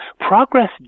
Progress